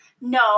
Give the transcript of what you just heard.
No